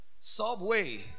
Subway